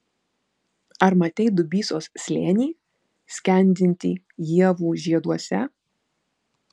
ar matei dubysos slėnį skendintį ievų žieduose